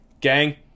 gang